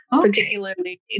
Particularly